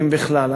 אם בכלל.